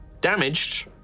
damaged